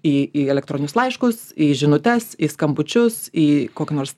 į į elektroninius laiškus į žinutes į skambučius į kokį nors